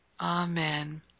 Amen